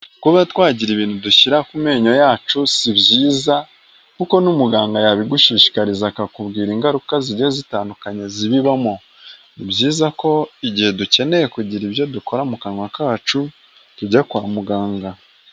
Kuba twagira ibintu dushyira ku menyo yacu si byiza kuko n'umuganga yabigushishikariza akakubwira ingaruka zigiye zitandukanye zibibamo, ni byiza ko igihe dukeneye kugira ibyo dukora mu kanwa kacu tujya kwa muganga.